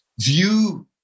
view